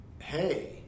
hey